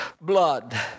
blood